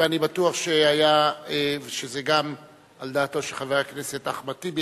ואני בטוח שזה גם על דעתו של חבר הכנסת אחמד טיבי,